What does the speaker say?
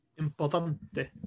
Importante